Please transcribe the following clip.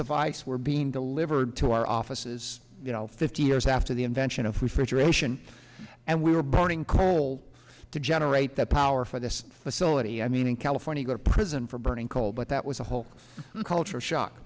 of ice were being delivered to our offices you know fifty years after the invention of refrigeration and we were burning coal to generate the power for this facility i mean in california or prison for burning coal but that was a whole culture shock